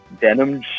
denim